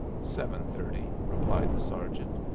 seven-thirty, replied the sergeant.